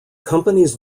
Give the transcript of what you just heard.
companies